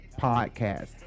podcast